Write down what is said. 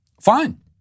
Fine